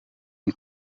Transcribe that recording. een